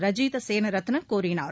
ரஜீத சேனரத்ன கூறினார்